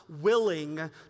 willing